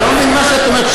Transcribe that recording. אני לא מבין מה שאת אומרת.